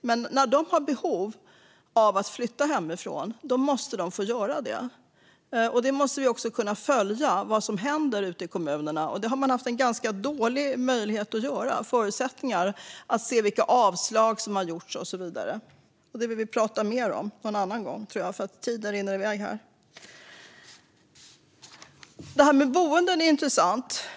Men när de har behov av att flytta hemifrån måste de få göra det. Man måste också kunna följa vad som händer ute i kommunerna, och det har man haft ganska dåliga möjligheter och förutsättningar att göra - se vilka avslag som har gjorts och så vidare. Det får vi prata mer om någon annan gång, tror jag, för tiden rinner iväg här. Det här med boenden är intressant.